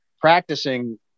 practicing